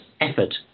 effort